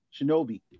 Shinobi